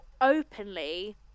openly